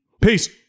Peace